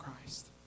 Christ